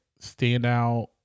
standout